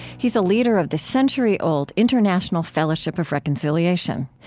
he is a leader of the century-old international fellowship of reconciliation.